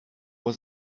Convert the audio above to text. was